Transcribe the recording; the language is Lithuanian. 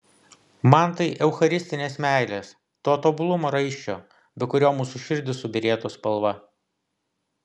man tai eucharistinės meilės to tobulumo raiščio be kurio mūsų širdys subyrėtų spalva